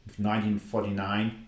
1949